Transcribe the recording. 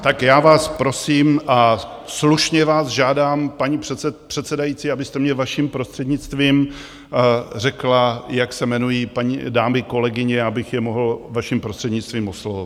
Tak já vás prosím a slušně žádám, paní předsedající, abyste mně, vaším prostřednictvím, řekla, jak se jmenují dámy kolegyně, abych je mohl vaším prostřednictvím oslovovat.